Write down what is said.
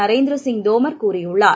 Narendra Singh தோமர்கூறியுள்ளார்